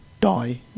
die